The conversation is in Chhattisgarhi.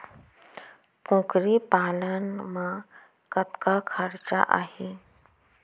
कुकरी पालन म कतका खरचा आही?